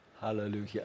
Hallelujah